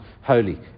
holy